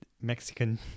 Mexican